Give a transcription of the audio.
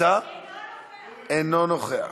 אינו נוכח.